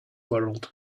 world